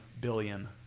billion